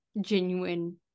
genuine